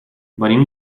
venim